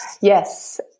Yes